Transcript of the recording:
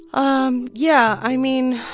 um yeah. i mean,